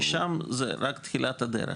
משם זה רק תחילת הדרך,